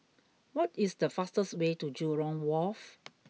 what is the fastest way to Jurong Wharf